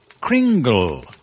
Kringle